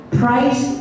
price